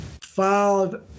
filed